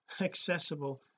accessible